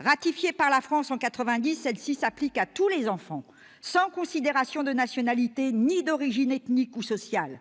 Ratifiée par la France en 1990, celle-ci s'applique à tous les enfants, sans considération de nationalité ni d'origine ethnique ou sociale.